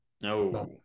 No